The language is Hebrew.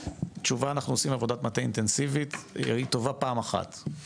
תשובת "אנחנו עושים עבודת מטה אינטנסיבית" היא טובה פעם אחת,